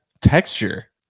texture